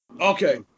Okay